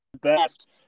best